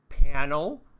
panel